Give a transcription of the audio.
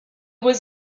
was